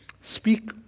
Speak